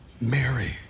Mary